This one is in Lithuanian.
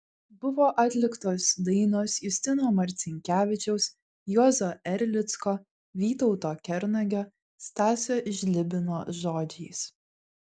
buvo atliktos dainos justino marcinkevičiaus juozo erlicko vytauto kernagio stasio žlibino žodžiais